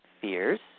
fears